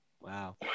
Wow